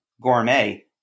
gourmet